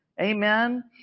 Amen